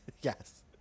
Yes